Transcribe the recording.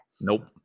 Nope